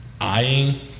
eyeing